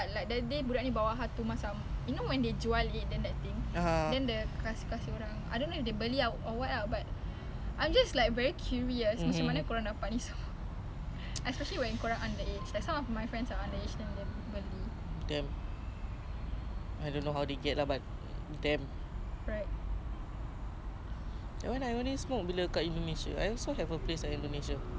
damn I don't know how they get lah but damn I only smoke bila kat indonesia ah I also have a place in indonesia pulau ya ambil sikit cause my nenek is like the queen there uh pulau seraya nevermind